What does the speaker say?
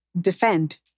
defend